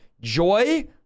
joy